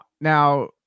now